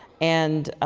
and